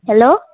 hello